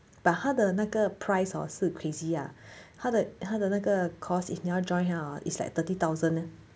but 他的那个 price hor 是 crazy ah 他的他的那个 course if 你要 join ah is like thirty thousand